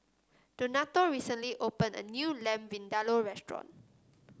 Donato recently opened a new Lamb Vindaloo restaurant